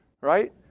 Right